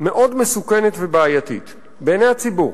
מאוד מסוכנת ובעייתית בעיני הציבור,